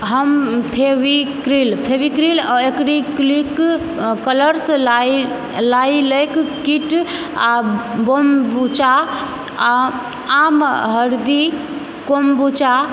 हम फेवीक्रिल आ acrylic colours lilac kit आ बाम्बुचा आ आम हरदी कोम्बुचा